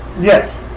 Yes